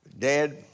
Dad